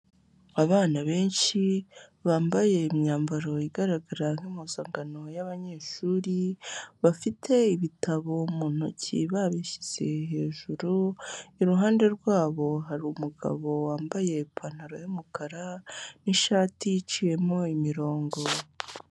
Abana benshi bambaye imyambaro igaragara nk'impuzangano y'abanyeshuri, bafite ibitabo mu ntoki babishyize hejuru, iruhande rwabo hari umugabo wambaye ipantaro y'umukara n'ishati iciyemo imirongo.